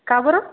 का बरं